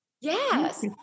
Yes